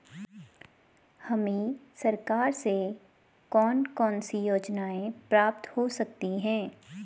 हमें सरकार से कौन कौनसी योजनाएँ प्राप्त हो सकती हैं?